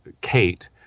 Kate